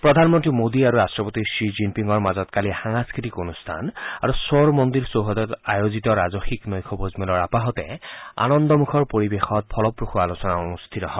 প্ৰধানমন্ত্ৰী মোদী আৰু ৰাষ্ট্ৰপতি শ্বি জিনপিঙৰ মাজত কালি সাংস্কৃতিক অনুষ্ঠান আৰু শবৰ মন্দিৰ চৌহদত আয়োজিত ৰাজসিক নৈশ ভোজমেলৰ আপাহতে এটা আনন্দমুখৰ পৰিৱেশত ফলপ্ৰসু আলোচনা অনুষ্ঠিত হয়